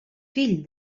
fill